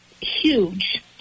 huge